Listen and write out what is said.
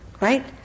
Right